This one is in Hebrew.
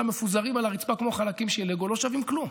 מפוזרים על הרצפה כמו חלקים של לגו ולא שווים כלום.